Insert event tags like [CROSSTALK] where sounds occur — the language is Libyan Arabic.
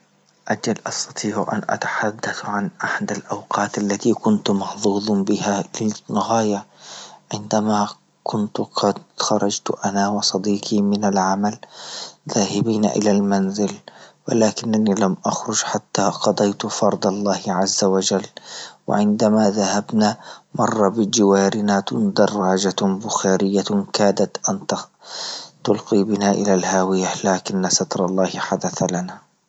أجل أستطيع أن أتحدث عن أحدى لأوقات التي كنت محظوظ بها [UNINTELLIGIBLE] الغاية، عندما كنت قد خرجت أنا وصديقي من العمل ذاهبين إلى المنزل، ولكنني لم أخرج حتى قضيت فرض الله عز وجل، وعندما ذهبنا مرة بجوارنا دراجة بخارية كادت أن ت- تلقي بنا إلى الهاوية لكن سطر الله حدث لنا.